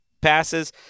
passes